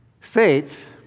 Faith